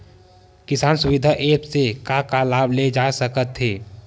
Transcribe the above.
किसान सुविधा एप्प से का का लाभ ले जा सकत हे?